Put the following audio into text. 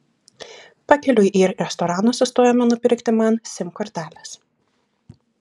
pakeliui į restoraną sustojome nupirkti man sim kortelės